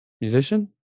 Musician